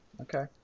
Okay